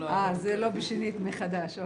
אני